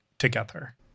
together